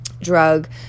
drug